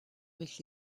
avec